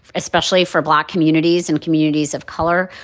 especially for black communities and communities of color,